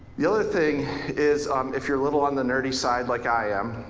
the other thing is if you're a little on the nerdy side like i am,